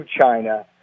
China